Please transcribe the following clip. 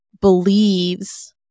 believes